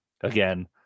Again